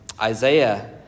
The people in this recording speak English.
Isaiah